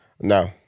no